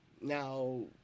Now